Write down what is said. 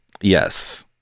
Yes